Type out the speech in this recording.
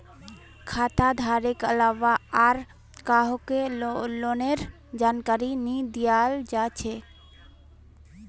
खाता धारकेर अलावा आर काहको लोनेर जानकारी नी दियाल जा छे